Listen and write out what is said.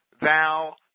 thou